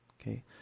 Okay